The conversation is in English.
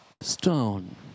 stone